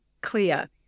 clear